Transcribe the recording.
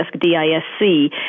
D-I-S-C